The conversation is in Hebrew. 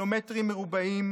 ב-17 באוקטובר,